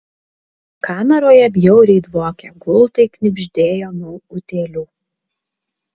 kameroje bjauriai dvokė gultai knibždėjo nuo utėlių